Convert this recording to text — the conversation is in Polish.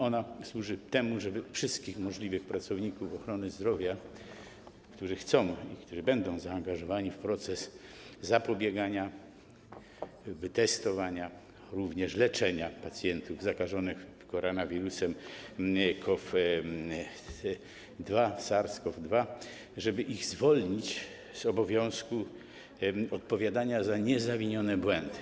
Ona służy temu, żeby wszystkich możliwych pracowników ochrony zdrowia, którzy chcą być i którzy będą zaangażowani w proces zapobiegania, testowania, jak również leczenia pacjentów zakażonych koronawirusem SARS-CoV-2, zwolnić z obowiązku odpowiadania za niezawinione błędy.